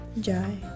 Jai